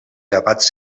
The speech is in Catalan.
gravats